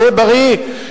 שיהיה בריא,